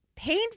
pain